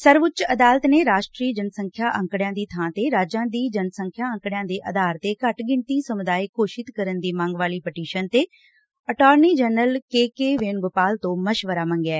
ਸਰਵਉੱਚ ਅਦਾਲਤ ਨੇ ਰਾਸ਼ਟਰੀ ਜਨਸੰਖਿਆ ਅੰਕੜਿਆਂ ਦੀ ਥਾਂ ਤੇ ਰਾਜਾਂ ਦੀ ਜਨ ਸੰਖਿਆ ਅੰਕੜਿਆਂ ਦੇ ਆਧਾਰ ਤੇ ਘੱਟ ਗਿਣਤੀ ਸਮੁਦਾਏ ਘੋਸ਼ਿਤ ਕਰਨ ਦੀ ਮੰਗ ਵਾਲੀ ਪਟੀਸ਼ਨ ਤੇ attorney general K K Venugopal ਤੋਂ ਮਸ਼ਵਰਾ ਮੰਗਿਐ